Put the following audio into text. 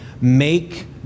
make